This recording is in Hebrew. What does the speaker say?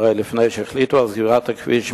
הרי לפני שהחליטו על סגירת הכביש,